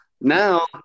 now